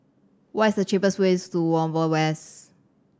what is the cheapest way to Whampoa West